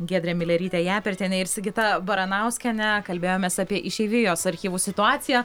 giedrė milerytė japertienė ir sigita baranauskiene kalbėjomės apie išeivijos archyvų situaciją